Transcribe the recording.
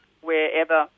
wherever